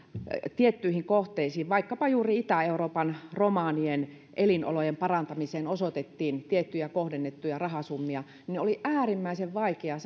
tiettyihin kohteisiin vaikkapa juuri itä euroopan romanien elinolojen parantamiseen osoitettiin tiettyjä kohdennettuja rahasummia niin oli äärimmäisen vaikea